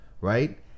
right